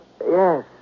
Yes